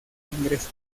ingresos